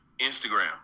Instagram